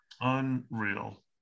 Unreal